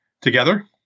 Together